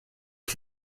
ich